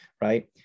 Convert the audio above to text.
right